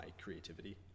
creativity